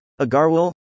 Agarwal